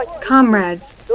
Comrades